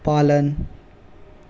पालन